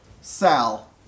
Sal